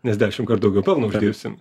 nes dešimtkart daugiau pelno uždirbsim